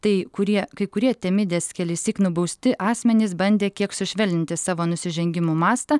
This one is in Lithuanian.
tai kurie kai kurie temidės kelissyk nubausti asmenys bandė kiek sušvelninti savo nusižengimų mastą